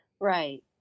Right